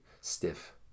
stiff